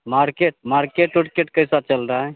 market market उर्केट कैसा चल रहा है